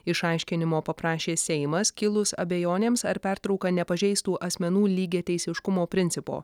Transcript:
išaiškinimo paprašė seimas kilus abejonėms ar pertrauka nepažeistų asmenų lygiateisiškumo principo